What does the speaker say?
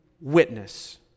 witness